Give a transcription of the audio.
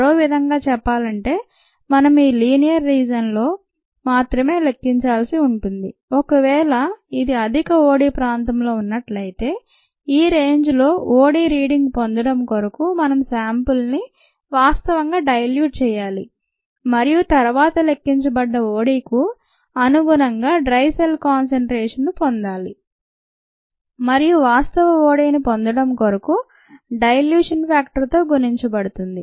మరోవిధంగా చెప్పాలంటే మనం ఈ లీనియర్ రీజన్ లో మాత్రమే లెక్కించాల్సి ఉంటుంది ఒకవేళ ఇది అధిక OD ప్రాంతంలో ఉన్నట్లయితే ఈ రేంజ్ లో OD రీడింగ్ పొందడం కొరకు మనం శాంపుల్ని వాస్తవంగా డైల్యూట్ చేయాలి మరియు తరువాత లెక్కించబడ్డ ODకు అనుగుణంగా డ్రై సెల్ కాన్సెన్ట్రేషన్ ను పొందాలి మరియు వాస్తవ ODని పొందడం కొరకు డైల్యూషన్ ఫ్యాక్టర్తో గుణించబడుతుంది